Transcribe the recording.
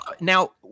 now